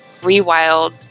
rewild